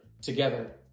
together